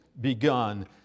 begun